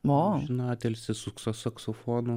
molino atilsį stūkso saksofonu